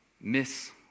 miss